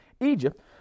Egypt